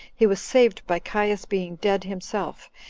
he was saved by caius being dead himself,